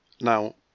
now